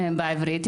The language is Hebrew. שהן בעברית,